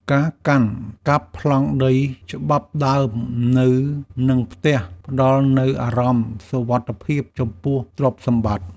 ការកាន់កាប់ប្លង់ដីច្បាប់ដើមនៅនឹងផ្ទះ ផ្តល់នូវអារម្មណ៍សុវត្ថិភាពចំពោះទ្រព្យសម្បត្តិ។